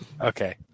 Okay